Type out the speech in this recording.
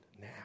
now